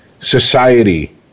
Society